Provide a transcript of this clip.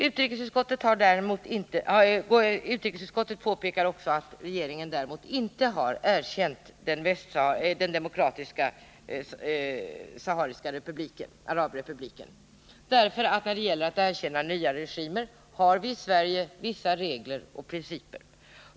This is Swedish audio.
Utrikesutskottet påpekar att regeringen däremot inte har erkänt Demokratiska sahariska arabrepubliken, därför att när det gäller att erkänna nya regimer har vi i Sverige vissa regler och principer.